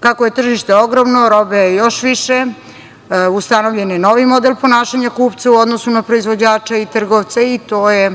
Kako je tržište ogromno, robe je još više. Ustanovljen je i novi model ponašanja kupca u odnosu na proizvođača i trgovca i to je,